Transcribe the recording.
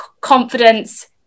Confidence